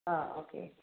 ആഹ് okay